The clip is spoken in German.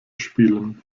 spielen